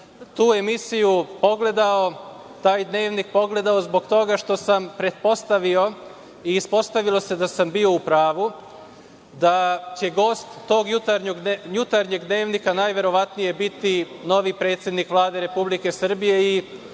tu emisiju pogledao zbog toga što sam pretpostavio, i ispostavilo se da sam bio u pravu, da će gost tog jutarnjeg dnevnika najverovatnije biti novi predsednik Vlade Republike Srbije.